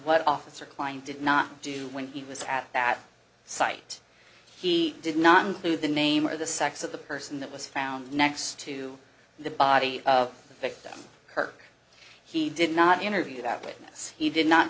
what officer klein did not do when he was at that site he did not include the name or the sex of the person that was found next to the body of the victim kirk he did not interview that witness he did not